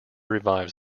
revives